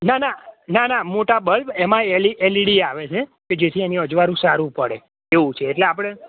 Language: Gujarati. ના ના ના ના મોટા બલ્બ એમા એલઇડી આવે છે કે જેથી એની અજવાળું સારું પડે એવું છે એટલે આપડે